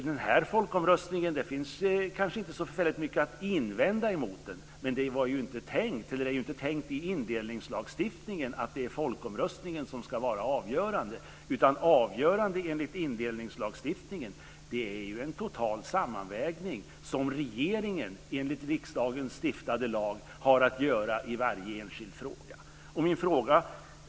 Det finns kanske inte så förfärligt mycket att invända mot den här folkomröstningen, men det är ju inte tänkt i indelningslagstiftningen att det är folkomröstningen som ska vara det avgörande, utan det är regeringen, som enligt en av riksdagen stiftad lag, har att göra en total sammanvägning i varje enskild fråga.